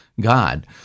God